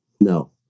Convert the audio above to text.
No